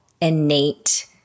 innate